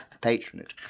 Patronage